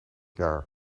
jaar